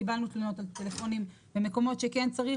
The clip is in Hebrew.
קיבלנו פניות על טלפונים במקומות שכן צריך,